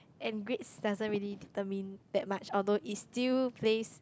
and grades doesn't really determine that much although it still plays